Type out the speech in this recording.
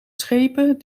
schepen